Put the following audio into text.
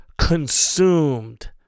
consumed